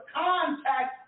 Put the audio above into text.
contact